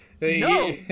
No